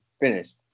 finished